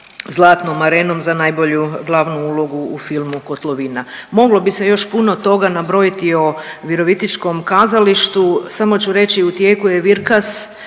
Zlatnom arenom za najbolju glavu ulogu u filmu „Kotlovina“. Moglo bi se još puno toga nabrojiti o Virovitičkom kazalištu. Samo ću reći u tijeku je „Virkas“